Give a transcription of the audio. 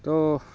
ତ